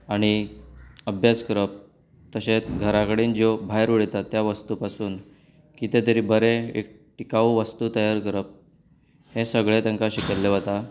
आनी अभ्यास करप तशेंच घरा कडेन भायर वडयतात त्या वस्तू पसून कितें तरी बरें एक टिकावू वस्तू तयार करप हें सगलें तांकां शिकयल्लें वता